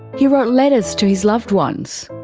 he wrote letters to his loved ones.